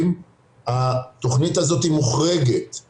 התכנית הזאת נבנתה בצדק,